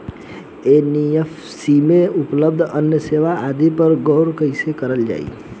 NBFC में उपलब्ध अन्य सेवा आदि पर गौर कइसे करल जाइ?